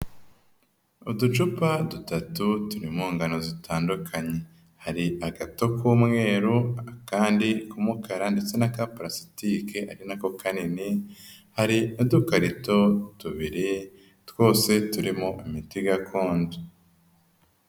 Uducupa dutatu turirimo ngano zitandukanye. Hari agato k'umweru akandi k'umukara ndetse n'aka palasitike ari na ko kanini, hari n'udukarito tubiri twose turimo imiti gakondo.